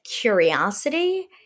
curiosity